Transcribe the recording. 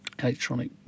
electronic